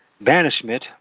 banishment